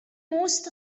most